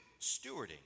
stewarding